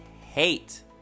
hate